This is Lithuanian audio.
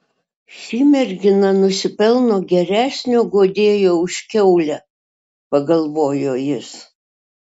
ši mergina nusipelno geresnio guodėjo už kiaulę pagalvojo jis